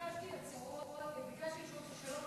ביקשתי הבהרות וביקשתי לשאול אותו שאלות,